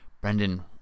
Brendan